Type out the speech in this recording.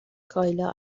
کایلا